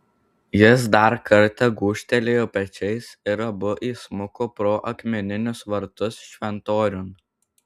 jis dar kartą gūžtelėjo pečiais ir abu įsmuko pro akmeninius vartus šventoriun